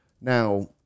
Now